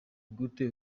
gute